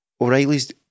O'Reilly's